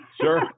Sure